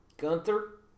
Gunther